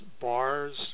bars